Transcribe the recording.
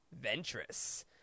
Ventress